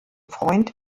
freund